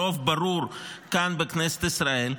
ברוב ברור כאן של כנסת ישראל,